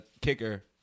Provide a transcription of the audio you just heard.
kicker